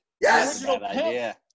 Yes